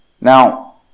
Now